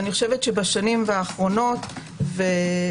כן